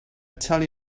tell